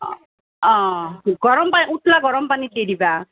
অঁ গৰম পানী উতলা গৰম পানীত দি দিবা